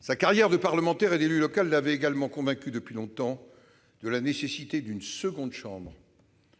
Sa carrière de parlementaire et d'élu local l'avait également convaincu, depuis longtemps, de la nécessité d'une seconde chambre,